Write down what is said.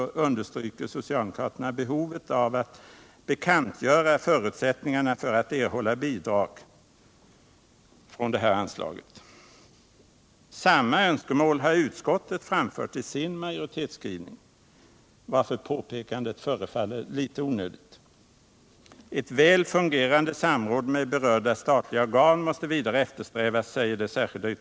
I detta understryker socialdemokraterna behovet av att bekantgöra förutsättningarna för att erhålla bidrag från anslaget i fråga. Samma önskemål har utskottet framfört i sin majoritetsskrivning, varför påpekandet förefaller litet onödigt. Det framhålls vidare i det särskilda yttrandet att ett väl fungerande samråd med berörda statliga organ måste eftersträvas.